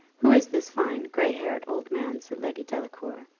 who is this fine, gray-haired old man? said lady delacour.